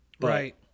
Right